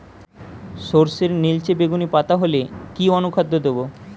সরর্ষের নিলচে বেগুনি পাতা হলে কি অনুখাদ্য দেবো?